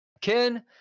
Ken